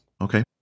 Okay